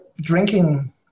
drinking